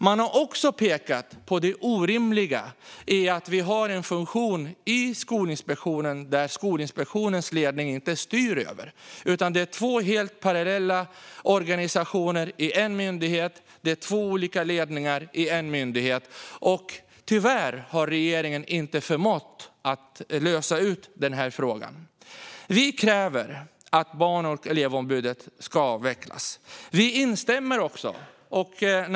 Man har också pekat på det orimliga i att man har en funktion i Skolinspektionen som Skolinspektionens ledning inte styr över, utan det är två helt parallella organisationer i en myndighet. Det är två olika ledningar i en myndighet. Tyvärr har regeringen inte förmått att lösa ut den här frågan. Vi kräver att Barn och elevombudet ska avvecklas.